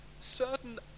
Certain